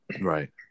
Right